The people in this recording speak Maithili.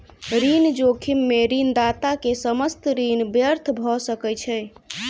ऋण जोखिम में ऋणदाता के समस्त ऋण व्यर्थ भ सकै छै